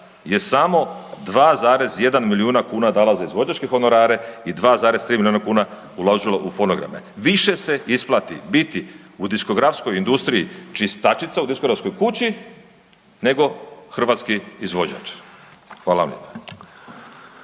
je samo 2,1 milijuna kuna dala za izvođačke honorare i 2,3 milijuna kuna uložila u fonograme. Više se isplati biti u diskografskoj industriji čistačica u diskografskoj kući nego hrvatski izvođač. Hvala vam